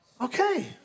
Okay